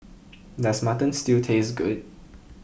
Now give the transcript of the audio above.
does Mutton Stew taste good